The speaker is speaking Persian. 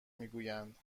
میگویند